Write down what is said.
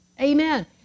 Amen